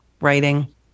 writing